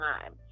time